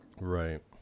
Right